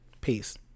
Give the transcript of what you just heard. Peace